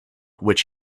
which